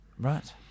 Right